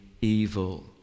evil